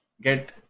get